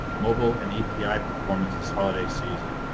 mobile, and api performance this holiday season,